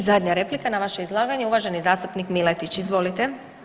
I zadnja replika na vaše izlaganje uvaženi zastupnik Miletić, izvolite.